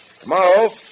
Tomorrow